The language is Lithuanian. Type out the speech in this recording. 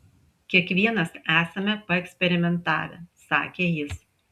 kiekvienas esame paeksperimentavę sakė jis